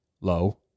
low